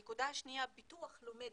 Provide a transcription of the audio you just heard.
נקודה שניה, פיתוח לומד